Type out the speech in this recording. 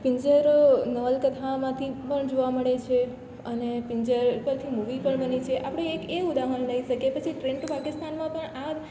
પિંજર નવલકથામાંથી પણ જોવા મળે છે અને પિંજર તાથી મૂવી પણ બની છે આપળે એક એ ઉદાહરણ લઈ શકીએ પછી ટ્રેન તો પાકિસ્તાનમાં પણ આ